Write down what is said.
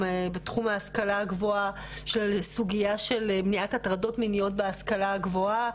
בתחום ההשכלה הגבוהה של סוגייה של מניעת הטרדות מיניות בהשכלה הגבוהה,